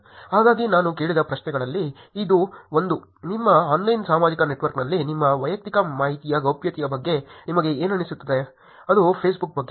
ಹಾಗಾಗಿ ನಾನು ಕೇಳಿದ ಪ್ರಶ್ನೆಗಳಲ್ಲಿ ಇದೂ ಒಂದು ನಿಮ್ಮ ಆನ್ಲೈನ್ ಸಾಮಾಜಿಕ ನೆಟ್ವರ್ಕ್ನಲ್ಲಿ ನಿಮ್ಮ ವೈಯಕ್ತಿಕ ಮಾಹಿತಿಯ ಗೌಪ್ಯತೆಯ ಬಗ್ಗೆ ನಿಮಗೆ ಏನನಿಸುತ್ತದೆ ಅದು ಫೇಸ್ಬುಕ್ ಬಗ್ಗೆ